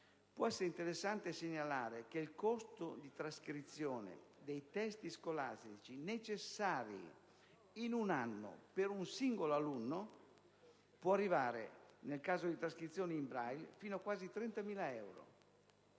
Può essere interessante segnalare che il costo di trascrizione dei testi scolastici necessari in un anno per singolo alunno può arrivare, nel caso di trascrizioni in Braille, fino a quasi 30.000 euro,